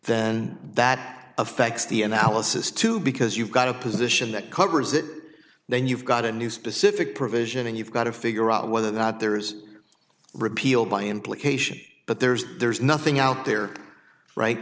covered that affects the analysis too because you've got a position that covers it then you've got a new specific provision and you've got to figure out whether or not there's repeal by implication but there's there's nothing out there